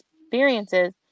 experiences